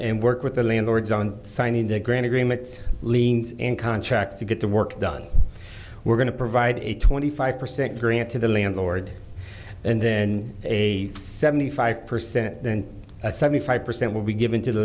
and work with the landlords on signing the grand agreements liens and contracts to get the work done we're going to provide a twenty five percent grant to the landlord and then a seventy five percent then a seventy five percent will be given to the